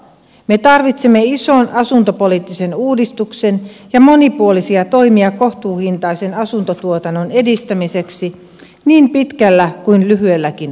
me tarvitsemme ison asuntopoliittisen uudistuksen ja monipuolisia toimia kohtuuhintaisen asuntotuotannon edistämiseksi niin pitkällä kuin lyhyelläkin aikavälillä